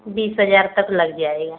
बीस हज़ार तक लग जाएगा